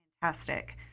Fantastic